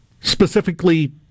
specifically